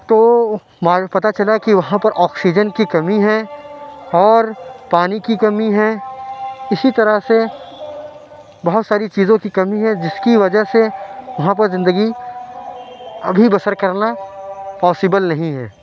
تو وہ بعد میں پتہ چلا کہ وہاں پر آکسیجن کی کمی ہے اور پانی کی کمی ہے اسی طرح سے بہت ساری چیزوں کی کمی ہے جس کی وجہ سے وہاں پہ زندگی ابھی بسر کرنا پاسیبل نہیں ہے